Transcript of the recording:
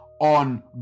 on